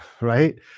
Right